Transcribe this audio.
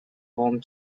home